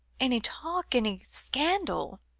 any talk any scandal.